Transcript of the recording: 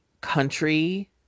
country